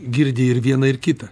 girdi ir viena ir kita